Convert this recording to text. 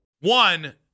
One